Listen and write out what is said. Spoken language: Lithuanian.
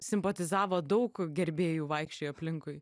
simpatizavo daug gerbėjų vaikščiojo aplinkui